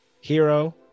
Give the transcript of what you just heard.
Hero